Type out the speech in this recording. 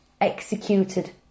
executed